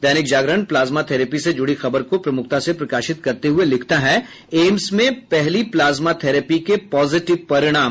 दैनिक Jagran plasma therapy से जुड़ी खबर को प्रमुखता से प्रकाशित करते हुये लिखता है एम्स में पहली प्लाज्मा थेरेपी के पॉजिटिव परिणाम